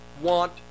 want